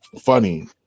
funny